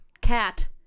cat